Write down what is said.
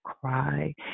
cry